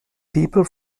people